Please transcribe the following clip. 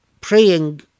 praying